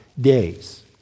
days